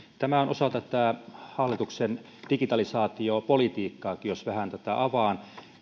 tämä on osa tätä hallituksen digitalisaatiopolitiikkaakin jos vähän tätä avaan